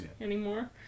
anymore